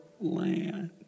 land